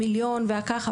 המיליון וכו',